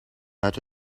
uit